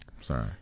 Sorry